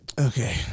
okay